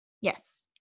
Yes